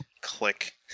Click